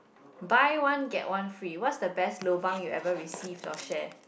buy one get one free what's the best lobang you ever received or share